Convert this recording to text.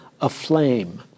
aflame